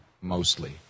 mostly